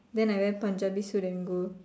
then I wear Punjabi suit and go